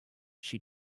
she